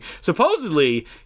Supposedly